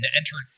enter